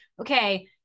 okay